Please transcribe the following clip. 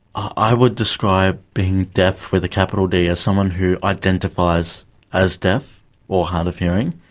i would describe being deaf with a capital d as someone who identifies as deaf or hard of hearing